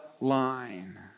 line